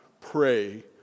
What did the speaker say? pray